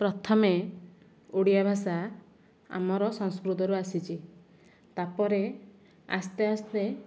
ପ୍ରଥମେ ଓଡ଼ିଆ ଭାଷା ଆମର ସଂସ୍କୃତରୁ ଆସିଛି ତାପରେ ଆସ୍ତେ ଆସ୍ତେ